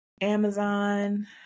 amazon